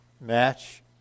match